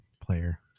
player